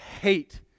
hate